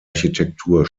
architektur